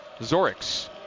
Zorix